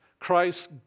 Christ